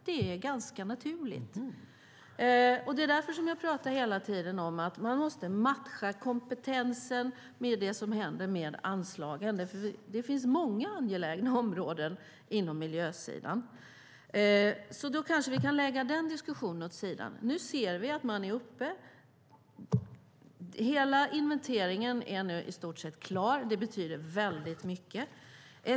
Det är naturligt. Det är därför jag hela tiden talar om att man måste matcha kompetensen med det som händer med anslagen. Det finns många angelägna områden inom miljösidan. Då kanske vi kan lägga den diskussionen åt sidan. Hela inventeringen är i stort sett klar. Det betyder mycket.